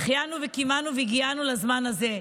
"שהחיינו וקיימנו והגיענו לזמן הזה".